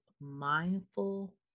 mindful